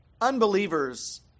Unbelievers